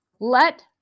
Let